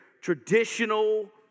traditional